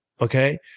okay